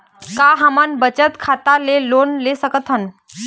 का हमन बचत खाता ले लोन सकथन?